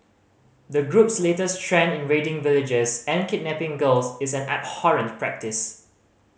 the group's latest trend in raiding villages and kidnapping girls is an abhorrent practice